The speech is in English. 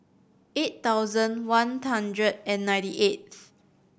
eight thousand one hundred and ninety eighth